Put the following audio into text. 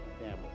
family